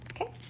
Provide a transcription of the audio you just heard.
okay